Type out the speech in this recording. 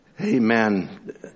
Amen